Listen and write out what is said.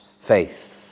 faith